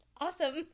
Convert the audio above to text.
awesome